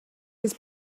his